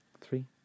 three